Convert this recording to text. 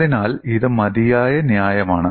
അതിനാൽ ഇത് മതിയായ ന്യായമാണ്